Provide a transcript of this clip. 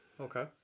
Okay